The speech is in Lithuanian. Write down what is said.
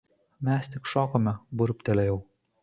mes tik šokome burbtelėjau